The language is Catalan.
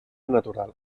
natural